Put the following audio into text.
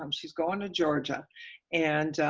um she's going to georgia and